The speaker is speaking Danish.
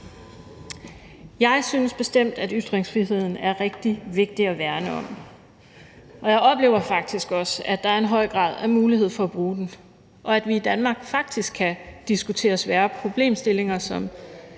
Jeg synes bestemt, at ytringsfriheden er rigtig vigtig at værne om, og jeg oplever faktisk også, at der er en høj grad af mulighed for at bruge den, og at vi i Danmark faktisk kan diskutere svære problemstillinger som